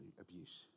abuse